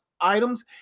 items